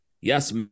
Yes